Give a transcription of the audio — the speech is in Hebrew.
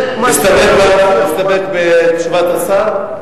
זה, נסתפק בתשובת השר?